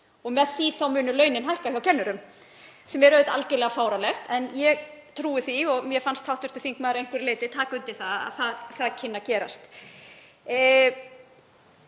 og með því muni launin hækka hjá kennurum. Það er auðvitað algerlega fáránlegt. En ég trúi því og mér fannst hv. þingmaður að einhverju leyti taka undir að það kynni að gerast.